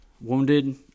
wounded